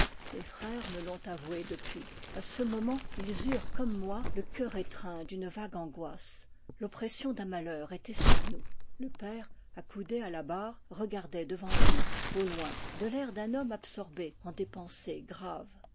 mes frères me l'ont avoué depuis à ce moment ils eurent comme moi le cœur étreint d'une vague angoisse l'oppression d'un malheur était sur nous le père accoudé à la barre regardait devant lui au loin de l'air d'un homme absorbé en des pensers graves